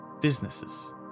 businesses